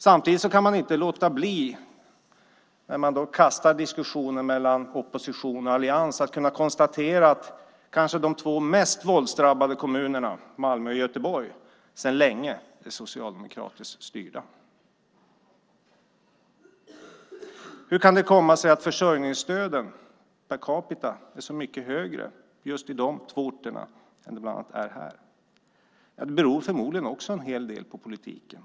Samtidigt, när man kastar diskussionen mellan opposition och allians, kan man inte låta bli att konstatera att de två kanske mest våldsdrabbade kommunerna, Malmö och Göteborg, sedan länge är socialdemokratiskt styrda. Hur kan det komma sig att försörjningsstödet per capita är så mycket högre i just de två kommunerna än bland annat här? Det beror förmodligen också en hel del på politiken.